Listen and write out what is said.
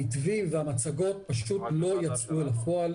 המתווים והמצגות פשוט לא יצאו אל הפועל.